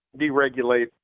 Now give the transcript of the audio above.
deregulate